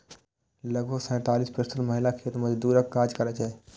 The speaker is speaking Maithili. लगभग सैंतालिस प्रतिशत महिला खेत मजदूरक काज करै छै